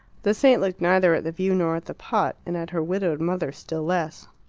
the saint looked neither at the view nor at the pot, and at her widowed mother still less.